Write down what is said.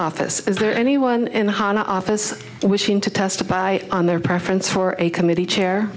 office is there anyone in the hart office wishing to testify on their preference for a committee chair